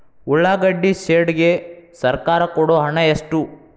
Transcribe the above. ಉಳ್ಳಾಗಡ್ಡಿ ಶೆಡ್ ಗೆ ಸರ್ಕಾರ ಕೊಡು ಹಣ ಎಷ್ಟು?